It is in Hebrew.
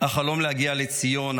החלום להגיע לציון,